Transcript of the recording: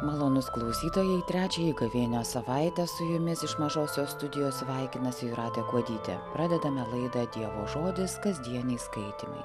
malonūs klausytojai trečiąjį gavėnios savaitę su jumis iš mažosios studijos sveikinasi jūratė kuodytė pradedame laidą dievo žodis kasdieniai skaitymai